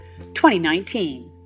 2019